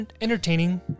entertaining